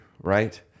right